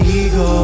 ego